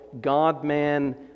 God-man